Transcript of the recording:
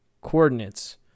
coordinates